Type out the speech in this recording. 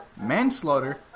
Manslaughter